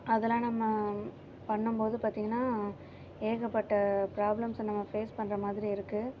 அதெலாம் நம்ம பண்ணும்போது பார்த்திங்கனா ஏகப்பட்ட ப்ராப்ளம்ஸ்ஸை நம்ம ஃபேஸ் பண்ணுற மாதிரி இருக்குது